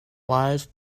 live